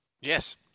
Yes